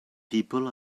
people